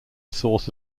source